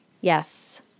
Yes